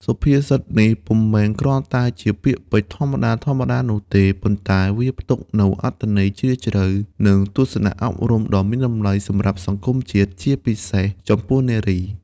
សុភាសិតនេះពុំមែនគ្រាន់តែជាពាក្យពេចន៍ធម្មតាៗនោះទេ ប៉ុន្តែវាផ្ទុកនូវអត្ថន័យជ្រាលជ្រៅ និងទស្សនៈអប់រំដ៏មានតម្លៃសម្រាប់សង្គមជាតិ ជាពិសេសចំពោះនារីខ្មែរ។